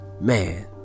Man